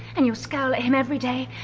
and you'll scowl at him every day,